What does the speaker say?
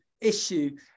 issue